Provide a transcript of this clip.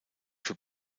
für